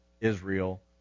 Israel